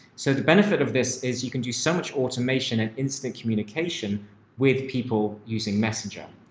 so the benefit of this is you can do so much automation and instant communication with people using messenger.